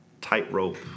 tightrope